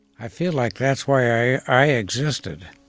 i feel like that's why i i existed